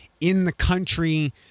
in-the-country